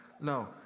No